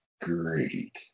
great